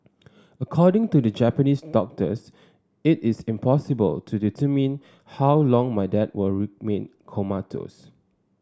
according to the Japanese doctors it is impossible to determine how long my dad will remain comatose